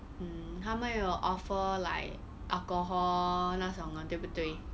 mm 他们有 offer like alcohol 那种的对不对